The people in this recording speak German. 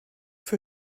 für